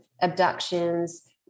abductions